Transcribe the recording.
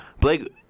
Blake